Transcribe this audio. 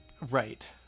right